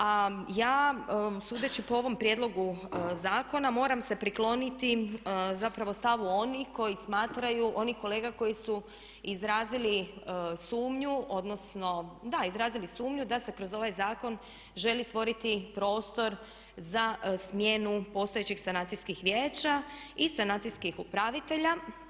A ja sudeći po ovom prijedlogu zakona moram se prikloniti zapravo stavu onih koji smatraju, onih kolega koji su izrazili sumnju, odnosno, da, izrazili sumnju da se kroz ovaj zakon želi stvoriti prostor za smjenu postojećih sanacijskih vijeća i sanacijskih upravitelja.